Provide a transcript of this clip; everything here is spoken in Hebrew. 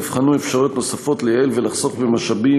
נבחנו אפשרויות נוספות לייעל ולחסוך במשאבים,